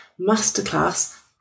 masterclass